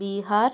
Bihar